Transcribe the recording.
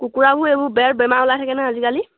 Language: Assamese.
কুকুৰাবোৰ এইবোৰ বেমাৰ ওলাই থাকে নহয় আজিকালি